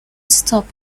stop